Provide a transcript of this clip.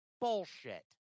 Bullshit